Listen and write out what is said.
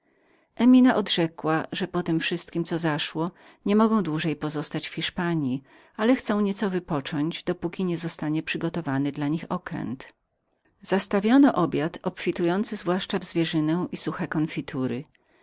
emina mi odrzekła że potem wszystkiem co zaszło nie mogły dłużej pozostać w hiszpanji ale chciały nieco wypocząć dopókiby nie przygotowano dla nich okrętu zastawiono nam obfity obiad zwłaszcza w zwierzynę i suche konfitury